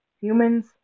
humans